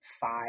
five